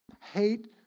Hate